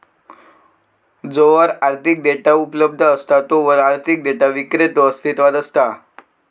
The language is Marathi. जोवर आर्थिक डेटा उपलब्ध असा तोवर आर्थिक डेटा विक्रेतो अस्तित्वात असता